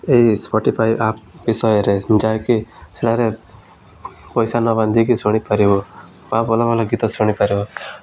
ଏହି Spotify app ବିଷୟରେ ଯାହାକି ସେଠାରେ ପଇସା ନ ବାନ୍ଧିକି ଶୁଣିପାରିବ ବା ବଦଳରେ ଗୀତ ଶୁଣିପାରିବ